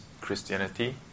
Christianity